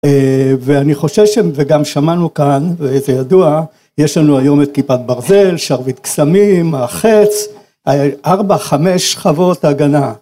ואני חושש שגם שמענו כאן וזה ידוע, יש לנו היום את כיפת ברזל, שרביט קסמים, החץ, ארבע, חמש שכבות הגנה.